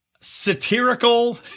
satirical